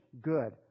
good